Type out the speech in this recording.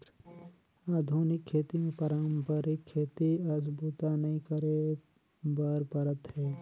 आधुनिक खेती मे पारंपरिक खेती अस बूता नइ करे बर परत हे